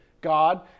God